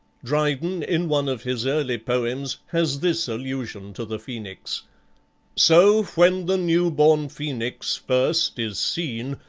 dryden in one of his early poems has this allusion to the phoenix so when the new-born phoenix first is seen,